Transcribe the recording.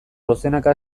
dozenaka